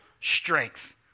strength